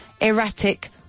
Erratic